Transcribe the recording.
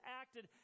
acted